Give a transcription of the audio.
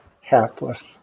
hapless